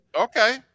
Okay